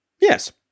Yes